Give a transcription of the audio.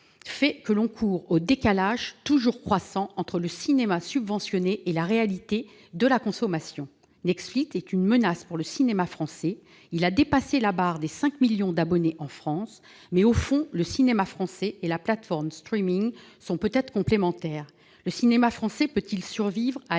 fait que l'on s'achemine vers un décalage croissant entre le cinéma subventionné et la réalité de la consommation des films. Netflix est une menace pour le cinéma français, il a dépassé la barre des cinq millions d'abonnés en France, mais, au fond, le cinéma français et la plateforme de sont peut-être complémentaires. Le cinéma français peut-il survivre à